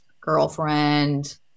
girlfriend